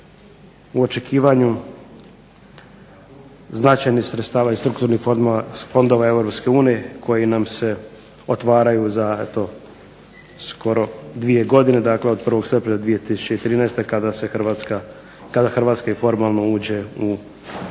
u očekivanju značajnih sredstava iz strukturnih fondova Europske unije koji nam se otvaraju za to, skoro dvije godine, dakle od 1. srpnja 2013. kada se Hrvatska, kada Hrvatska